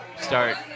start